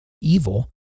evil